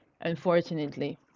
unfortunately